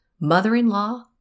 mother-in-law